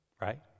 Right